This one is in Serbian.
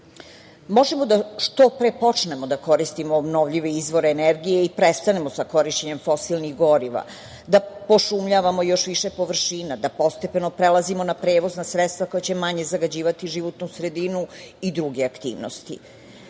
da što pre počnemo da koristimo obnovljive izvore energije i prestanemo sa korišćenjem fosilnih goriva, da pošumljavamo još više površina, da postepeno prelazimo na prevozna sredstva koja će manje zagađivati životnu sredinu i druge aktivnosti. Brzina